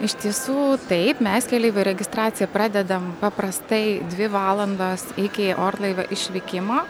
iš tiesų taip mes keleivių registraciją pradedam paprastai dvi valandos iki orlaivio išvykimo